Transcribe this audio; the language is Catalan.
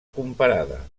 comparada